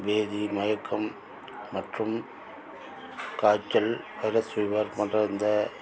பேதி மயக்கம் மற்றும் காய்ச்சல் அதோடய சுகர் மற்றும் இந்த